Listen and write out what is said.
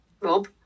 Rob